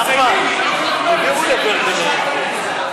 חבר'ה, זה דובר אחרון.